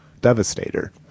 Devastator